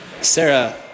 Sarah